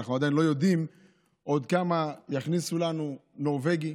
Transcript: אנחנו עדיין לא יודעים עוד כמה יכניסו לנו בנורבגי.